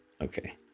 okay